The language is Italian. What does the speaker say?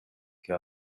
che